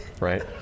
Right